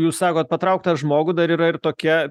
jūs sakot patraukt tą žmogų dar yra ir tokia